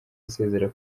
asezera